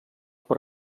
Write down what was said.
per